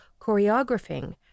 choreographing